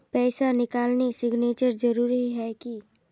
पैसा निकालने सिग्नेचर जरुरी है की?